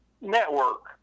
network